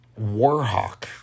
Warhawk